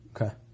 Okay